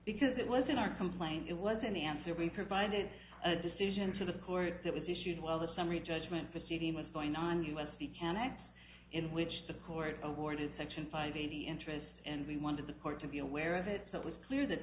because it was in our complaint it was an answer we provided a decision to the court that was issued while the summary judgment proceeding was going on u s p can act in which the court awarded section five eighty interest and we wanted the court to be aware of it so it was clear that